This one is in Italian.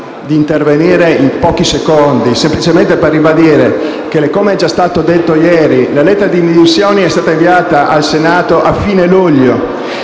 Interverrò in pochi secondi semplicemente per ribadire che, come già detto ieri, la lettera di dimissioni è stata inviata al Senato a fine luglio